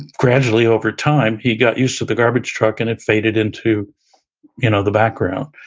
gradually, over time he got used to the garbage truck and it faded into you know the background.